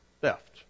theft